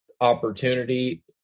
opportunity